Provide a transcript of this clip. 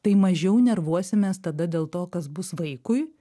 tai mažiau nervuosimės tada dėl to kas bus vaikui